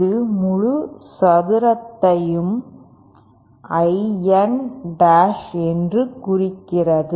இது முழு சதுரத்தையும் I N டாஷ் என்று குறிக்கிறது